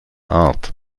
art